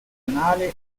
nazionale